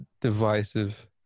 divisive